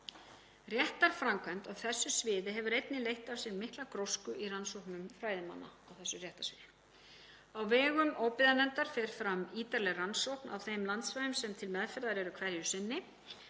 Réttarframkvæmd á þessu sviði hefur einnig leitt af sér mikla grósku í rannsóknum fræðimanna á þessu réttarsviði. Á vegum óbyggðanefndar fer fram ítarleg rannsókn á þeim landsvæðum sem til meðferðar eru hverju sinni.